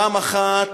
פעם אחת